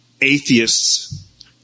atheists